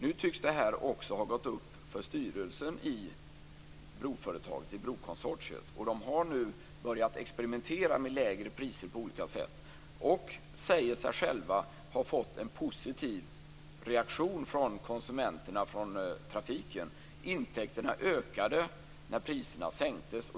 Nu tycks detta också har gått upp för styrelsen i brokonsortiet. De har nu börjat experimentera med lägre priser på olika sätt. De säger själva att de har fått en positiv reaktion från trafikanterna. Intäkterna ökade när priserna sänktes.